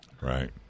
Right